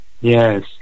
Yes